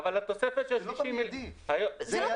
אחר כך